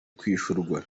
kwishyurwa